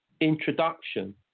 introduction